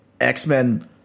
X-Men